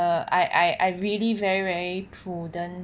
err I I really very very prudent